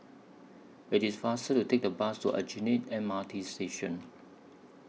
IT IS faster to Take The Bus to Aljunied M R T Station